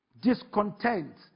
Discontent